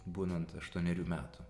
būnant aštuonerių metų